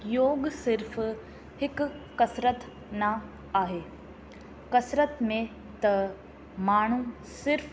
योग सिर्फ़ु हिकु कसरत न आहे कसरत में त माण्हूं सिर्फ़ु